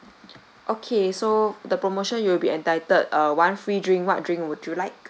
okay so the promotion you will be entitled uh one free drink what drink would you like